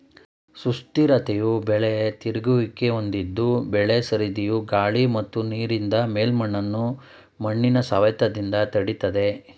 ಸುಸ್ಥಿರತೆಯು ಬೆಳೆ ತಿರುಗುವಿಕೆ ಹೊಂದಿದ್ದು ಬೆಳೆ ಸರದಿಯು ಗಾಳಿ ಮತ್ತು ನೀರಿನಿಂದ ಮೇಲ್ಮಣ್ಣನ್ನು ಮಣ್ಣಿನ ಸವೆತದಿಂದ ತಡಿತದೆ